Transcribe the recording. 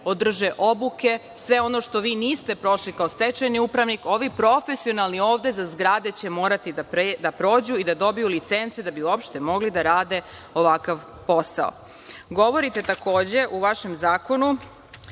održe obuke. Sve ono što vi niste prošli kao stečajni upravnik, ovi profesionalni ovde za zgrade će morati da prođu i da dobiju licence da bi uopšte mogli da rade ovakav posao. Govorite takođe, u vašem zakonu,